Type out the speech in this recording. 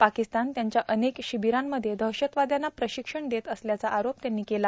पाकिस्तान त्यांच्या अनेक शिविरांमध्ये दहशतवाद्यांना प्रशिक्षण देत असल्याचा आरोप त्यांनी केला